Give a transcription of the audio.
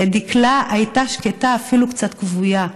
דקלה הייתה שקטה, אפילו קצת כבויה.